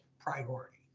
priority